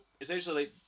essentially